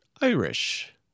Irish